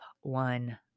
one